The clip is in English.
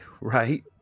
right